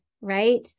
right